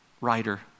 writer